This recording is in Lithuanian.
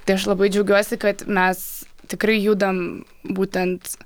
tai aš labai džiaugiuosi kad mes tikrai judam būtent